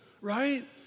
right